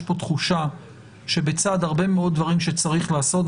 יש כאן תחושה שבצד הרבה מאוד דברים שצריך לעשות,